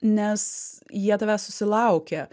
nes jie tavęs susilaukė